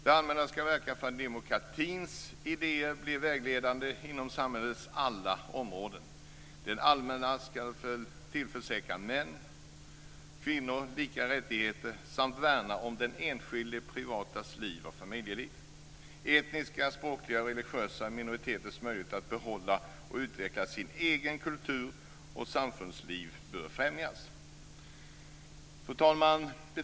Det allmänna skall verka för att demokratins idéer blir vägledande inom samhällets alla områden. Det allmänna skall tillförsäkra män och kvinnor lika rättigheter samt värna den enskildes privatliv och familjeliv. Etniska, språkliga och religiösa minoriteters möjlighet att behålla och utveckla ett eget kultur och samfundsliv bör främjas." Fru talman!